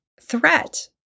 threat